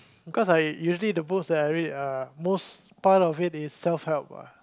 cause I usually the books that I read are most part of it is self help ah